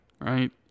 right